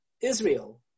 Israel